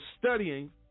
studying